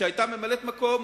שהיתה ממלאת-מקום